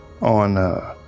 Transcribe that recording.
on